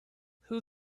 who